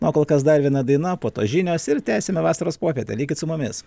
na o kol kas dar viena daina po to žinios ir tęsime vasaros popietę likit su mumis